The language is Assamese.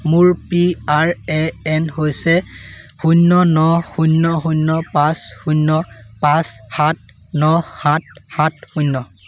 মোৰ পি আৰ এ এন হৈছে শূন্য ন শূন্য শূন্য পাঁচ শূন্য় পাঁচ সাত ন সাত সাত শূন্য